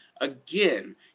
Again